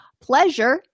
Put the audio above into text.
Pleasure